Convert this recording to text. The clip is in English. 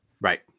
Right